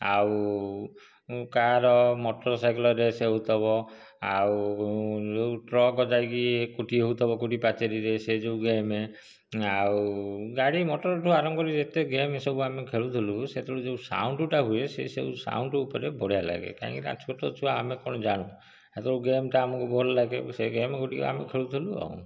ଆଉ car motor cycle race ହେଉଥିବ ଆଉ ଆଉ ଟ୍ରକ ଯାଇକି କୁଟି ହେଉଥିବ କେଉଁଠି ପାଚିରୀରେ ସେହି ଯେଉଁ ଗେମ ଆଉ ଗାଡ଼ି ମୋଟରଠୁ ଆରମ୍ଭ କରି ଯେତେ ଗେମ ଆମେ ସବୁ ଖେଳୁଥିଲୁ ସେତେବେଳେ ଯେଉଁ ସାଉଣ୍ଡଟା ହୁଏ ସେହି ସାଉଣ୍ଡ ଉପରେ ବଢ଼ିଆ ଲାଗେ କାହିଁକି ନା ଛୋଟ ଛୁଆ ଆମେ କଣ ଜାଣୁ ସେତେବେଳକୁ ଗେମଟା ଆମକୁ ଭଲ ଲାଗେ ସେହି ଗେମଗୁଡ଼ିକ ଖେଳୁଥିଲୁ